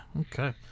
okay